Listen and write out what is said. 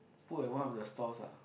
put at one of the stalls lah